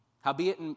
Howbeit